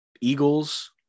Eagles